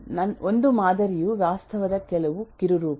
ಒಂದು ಮಾದರಿಯು ವಾಸ್ತವದ ಕೆಲವು ಕಿರುರೂಪ